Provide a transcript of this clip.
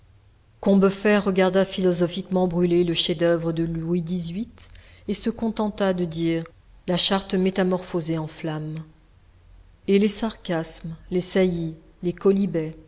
combeferre regarda philosophiquement brûler le chef-d'oeuvre de louis xviii et se contenta de dire la charte métamorphosée en flamme et les sarcasmes les saillies les